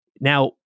Now